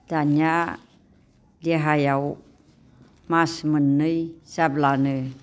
दानिया देहायाव मास मोननै जाब्लानो